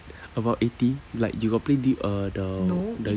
about eighty like you got play thi~ uh the the